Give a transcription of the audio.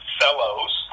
fellows